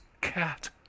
cat